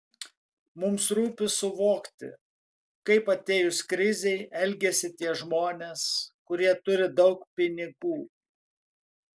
mums rūpi suvokti kaip atėjus krizei elgiasi tie žmonės kurie turi daug pinigų